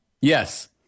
yes